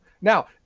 Now